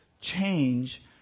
change